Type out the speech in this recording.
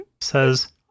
Says